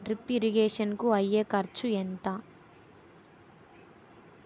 Drip irrigation కూ అయ్యే ఖర్చు ఎంత?